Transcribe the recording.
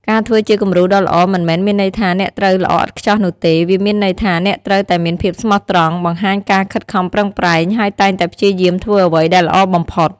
ការធ្វើជាគំរូដ៏ល្អមិនមែនមានន័យថាអ្នកត្រូវល្អឥតខ្ចោះនោះទេ វាមានន័យថាអ្នកត្រូវតែមានភាពស្មោះត្រង់ បង្ហាញការខិតខំប្រឹងប្រែង ហើយតែងតែព្យាយាមធ្វើអ្វីដែលល្អបំផុត។